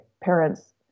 parents